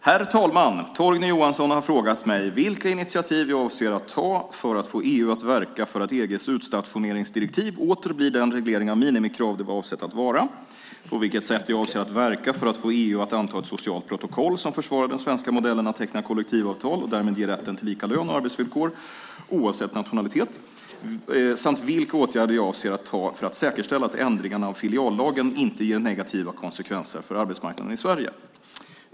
Herr talman! Torgny Johansson har frågat mig vilka initiativ jag avser att ta för att få EU att verka för att EG:s utstationeringsdirektiv åter blir den reglering av minimikrav det var avsett att vara på vilket sätt jag avser att verka för att få EU att anta ett socialt protokoll som försvarar den svenska modellen att teckna kollektivavtal och därmed ger rätten till lika lön och arbetsvillkor oavsett nationalitet samt vilka åtgärder jag avser att ta för att säkerställa att ändringarna av filiallagen inte ger negativa konsekvenser för arbetsmarknaden i Sverige.